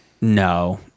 no